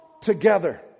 together